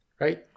Right